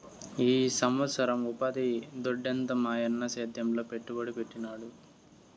ఈ సంవత్సరం ఉపాధి దొడ్డెంత మాయన్న సేద్యంలో పెట్టుబడి పెట్టినాడు